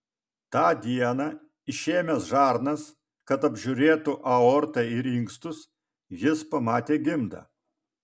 tą dieną išėmęs žarnas kad apžiūrėtų aortą ir inkstus jis pamatė gimdą